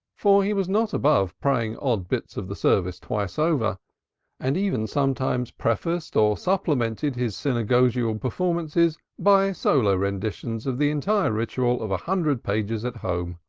for he was not above praying odd bits of the service twice over and even sometimes prefaced or supplemented his synagogal performances by solo renditions of the entire ritual of a hundred pages at home.